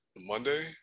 Monday